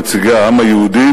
נציגי העם היהודי,